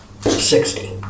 sixty